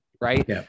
right